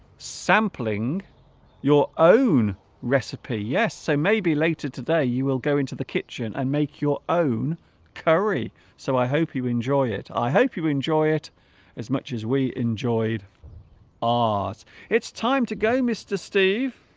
sampling your own recipe yes so maybe later today you will go into the kitchen and make your own curry so i hope you enjoy it i hope you enjoy it it as much as we enjoyed ah it's it's time to go mr. steve